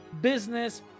business